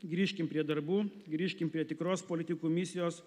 grįžkim prie darbų grįžkim prie tikros politikų misijos